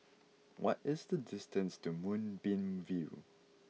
what is the distance to Moonbeam View